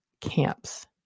camps